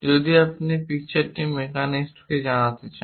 যদি আপনি পিকচারটি মেকানিস্টকে জানাতে চান